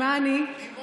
השנייה